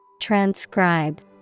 Transcribe